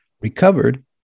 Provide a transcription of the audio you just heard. recovered